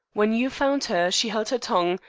when you found her she held her tongue,